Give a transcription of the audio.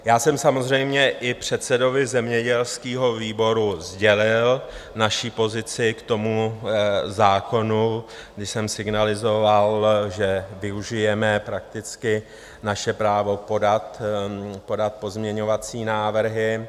Já jsem samozřejmě i předsedovi zemědělského výboru sdělil naši pozici k tomu zákonu, když jsem signalizoval, že využijeme naše právo podat pozměňovací návrhy.